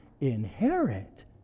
inherit